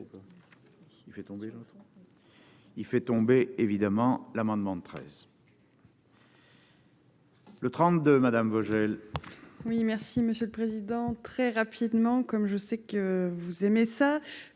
il fait tomber évidemment l'amendement de presse. Le 32 madame Vogel. Oui, merci Monsieur le Président, très rapidement, comme je sais que vous aimez ça